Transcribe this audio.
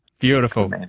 Beautiful